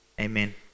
Amen